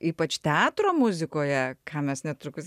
ypač teatro muzikoje ką mes netrukus